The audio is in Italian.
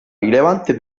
rilevante